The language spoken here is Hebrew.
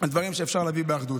דברים שאפשר להביא באחדות.